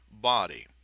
body